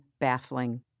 baffling